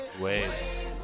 Waves